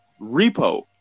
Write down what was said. Repo